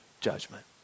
judgment